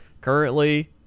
Currently